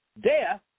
death